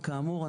וכאמור,